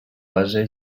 base